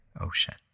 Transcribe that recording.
ocean